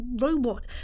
robot